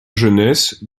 jeunesse